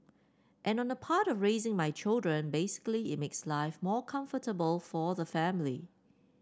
and on the part of raising my children basically it makes life more comfortable for the family